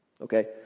Okay